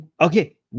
Okay